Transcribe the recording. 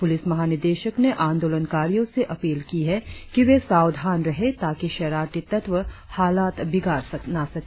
प्रलिस महानिदेशक ने आंदोलनकारियों से अपील की है कि वे सावधान रहें ताकि शरारती तत्व हालत बिगाड़ न सके